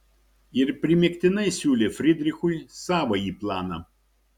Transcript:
ir primygtinai siūlė frydrichui savąjį planą